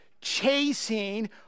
chasing